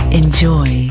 enjoy